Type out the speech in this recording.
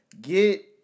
get